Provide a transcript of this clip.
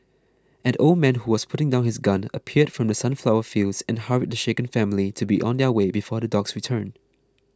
an old man who was putting down his gun appeared from the sunflower fields and hurried the shaken family to be on their way before the dogs return